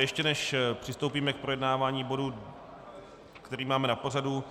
Ještě než přistoupíme k projednávání bodu, který máme na pořadu,